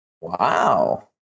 Wow